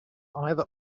either